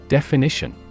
Definition